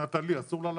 "נטלי" אסור לה להגדיר?